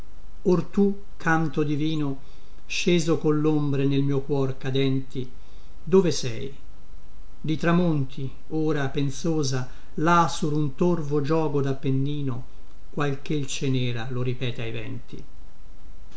or tu canto divino sceso con lombre nel mio cuor cadenti dove sei di tramonti ora pensosa là sur un torvo giogo dapennino qualchelce nera lo ripete ai venti